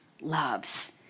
loves